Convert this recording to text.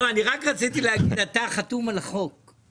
אני רק רציתי להגיד שאתה חתום על הצעת החוק,